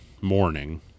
morning